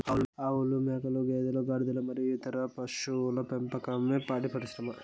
ఆవులు, మేకలు, గేదెలు, గాడిదలు మరియు ఇతర పశువుల పెంపకమే పాడి పరిశ్రమ